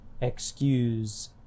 excuse